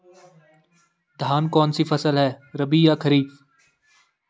धान कौन सी फसल है रबी या खरीफ?